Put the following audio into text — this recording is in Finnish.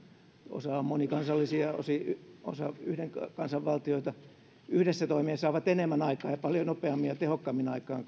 osa on monikansallisia osa yhden kansan valtiota yhdessä toimien saavat enemmän aikaan ja paljon nopeammin ja tehokkaammin aikaan